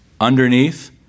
underneath